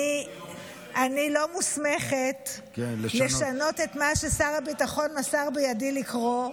אני לא מוסמכת לשנות את מה ששר הביטחון מסר בידי לקרוא,